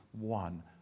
one